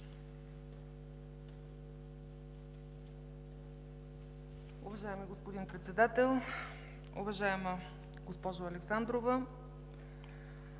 Уважаеми господин Председател, уважаема госпожо Александрова,